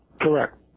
Correct